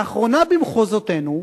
לאחרונה במחוזותינו,